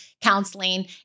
counseling